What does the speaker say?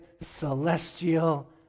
celestial